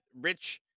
rich